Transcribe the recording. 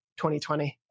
2020